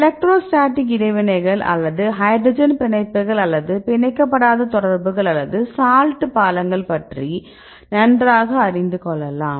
electrostatic இடைவினைகள் அல்லது hydrogen பிணைப்புகள் அல்லது பிணைக்கப்படாத தொடர்புகள் அல்லது சால்ட் பாலங்கள் பற்றி நன்றாக அறிந்து கொள்ளலாம்